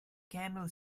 camel